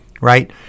right